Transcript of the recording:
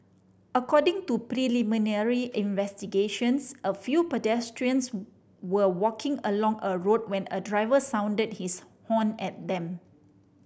according to preliminary investigations a few pedestrians were walking along a road when a driver sounded his horn at them